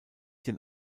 den